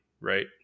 right